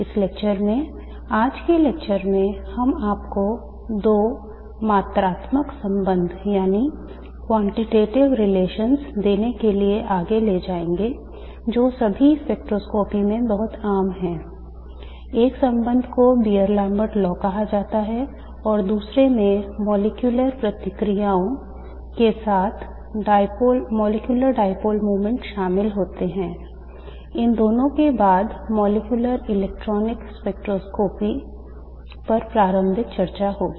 इस लेक्चर में आज के लेक्चर में हम आपको दो मात्रात्मक संबंध पर प्रारंभिक चर्चा होगी